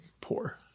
poor